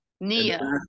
Nia